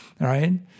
right